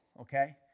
okay